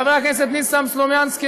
חבר הכנסת ניסן סלומינסקי,